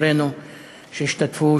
חברינו שהשתתפו,